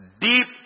deep